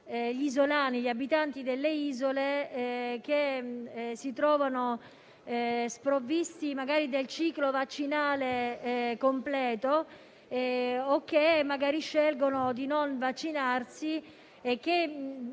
degli isolani, ossia gli abitanti delle isole, che si trovano sprovvisti del ciclo vaccinale completo o magari scelgono di non vaccinarsi e che